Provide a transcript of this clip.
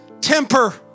temper